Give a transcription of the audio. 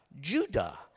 Judah